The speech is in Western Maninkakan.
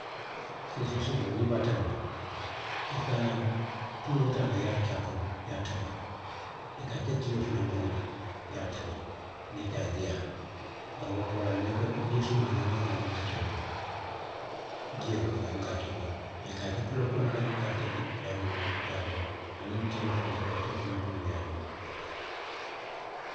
Siisee suboo niŋ i be a tabi la, i ka tuloo taa le i ye a ke a kono, i ye a tabi. I ka a ke tiyoo fanaŋ kono le. I ye a tabi. Niŋ i ko a ye diiyaa. Bari wo koolaa niŋ i ko, jii sumaa jamaa jamaa i buka a ke wo kono. Jio kono i buka a ke wo kono. Mee i ka a ke tuloo kono le a ye a tabi a ye moo, i ye a domo aniŋ tiyoo fanaŋ i ka a ke wo fanaŋ kono le i ye a domo.